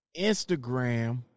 Instagram